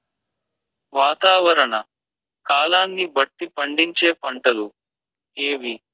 వాతావరణ కాలాన్ని బట్టి పండించే పంటలు ఏవి?